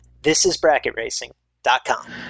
thisisbracketracing.com